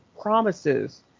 promises